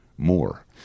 More